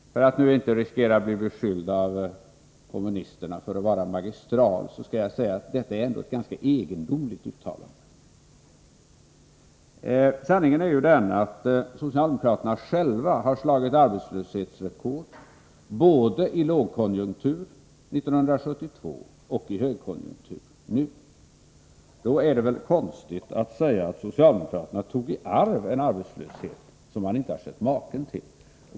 För att nu inte riskera att bli beskylld av kommunisterna för att vara magistral skall jag säga: Detta är ändå ett ganska egendomligt uttalande. Sanningen är ju den att socialdemokraterna själva slagit arbetslöshetsrekord, både i lågkonjunktur, år 1972, och i högkonjunktur, nu. Då är det väl konstigt att Arne Gadd säger att socialdemokraterna tog i arv en arbetslöshet som man inte sett maken till.